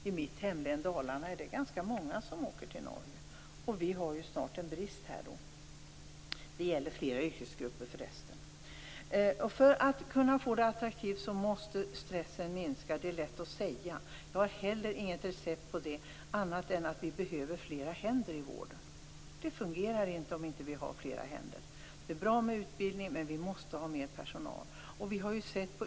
I mitt hemlän Dalarna finns det många som åker till Norge. Snart blir det en brist här. Det gäller flera yrkesgrupper. För att få arbetet attraktivt måste stressen minska. Det är lätt att säga. Jag har inte heller något recept, annat än att det behövs fler händer i vården. Det fungerar inte utan fler händer. Det är bra med utbildning, men det måste finnas mer personal.